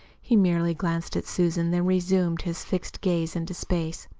he merely glanced at susan, then resumed his fixed gaze into space.